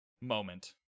moment